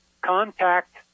Contact